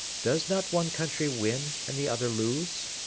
does not one country win, and the other lose?